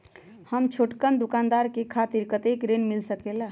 हम छोटकन दुकानदार के खातीर कतेक ऋण मिल सकेला?